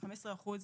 של 15 אחוז.